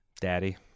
Daddy